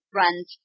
runs